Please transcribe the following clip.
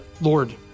Lord